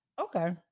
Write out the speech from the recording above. Okay